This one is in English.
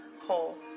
whole